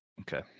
okay